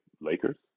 Lakers